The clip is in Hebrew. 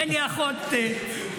אין לי אחות בעזה.